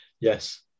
Yes